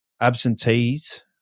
absentees